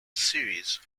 series